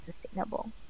sustainable